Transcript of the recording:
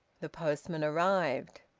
the postman arrived.